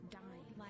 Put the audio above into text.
dying